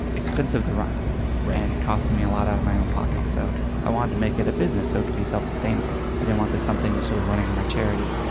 expensive to run run and costing me a lot out of my own pocket. so i wanted to make it a business so be self sustainable. i didn't want this something sort of running on my charity,